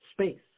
space